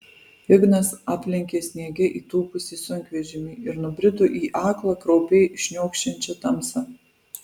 ignas aplenkė sniege įtūpusį sunkvežimį ir nubrido į aklą kraupiai šniokščiančią tamsą